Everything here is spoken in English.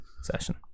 session